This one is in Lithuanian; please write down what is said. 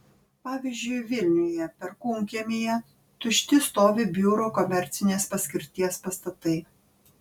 pavyzdžiui vilniuje perkūnkiemyje tušti stovi biuro komercinės paskirties pastatai